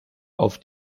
auf